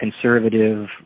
conservative